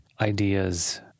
ideas